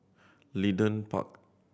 Leedon Park